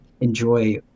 enjoy